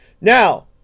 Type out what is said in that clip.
Now